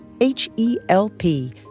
H-E-L-P